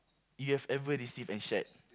you have ever received and shared